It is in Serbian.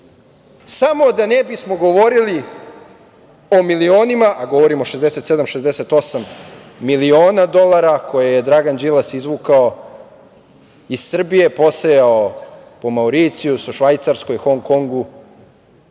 samo da ne bismo govorili o milionima, a govorim o 67, 68 miliona dolara koje je Dragan Đilas izvukao iz Srbije, posejao po Mauricijusu, Švajcarskoj, Hong Kongu